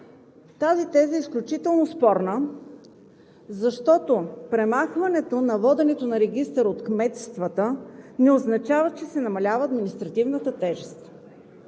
Тази теза е изключително спорна, защото премахването на воденето на регистър от кметствата не означава, че се намалява административната тежест.